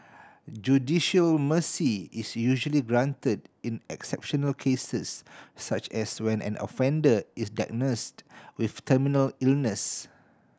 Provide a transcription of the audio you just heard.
judicial mercy is usually granted in exceptional cases such as when an offender is diagnosed with terminal illness